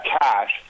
cash